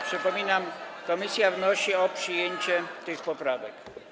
Przypominam: komisja wnosi o przyjęcie tych poprawek.